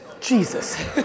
Jesus